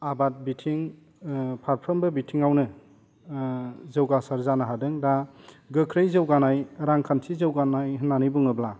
आबाद बिथिं ओह फारफ्रोमबो बिथाङावनो ओह जौगासार जानो हादों दा गोख्रै जौगानाय रांखान्थि जौगानाय होन्नानै बुङोब्ला